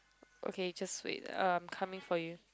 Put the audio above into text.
okay just wait uh I'm coming for you